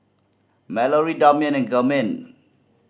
Mallorie Damion and Germaine